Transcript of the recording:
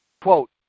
Quote